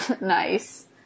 nice